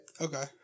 Okay